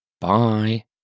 Bye